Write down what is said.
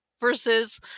versus